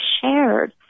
shared